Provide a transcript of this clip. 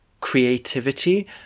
creativity